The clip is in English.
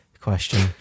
question